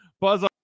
Buzz